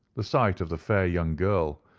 the sight of the fair young girl,